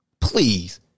Please